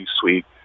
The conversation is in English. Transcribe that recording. sweet